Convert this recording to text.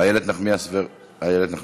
איילת נחמיאס ורבין.